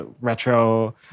retro